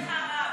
עשה לך רב.